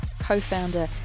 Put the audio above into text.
co-founder